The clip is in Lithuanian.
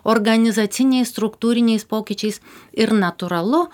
organizaciniais struktūriniais pokyčiais ir natūralu